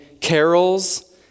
carols